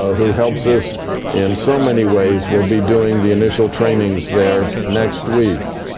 ah who helps us in so many ways, will be doing the initial trainings there next week.